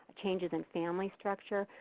changes in family structure,